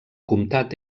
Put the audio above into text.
comtat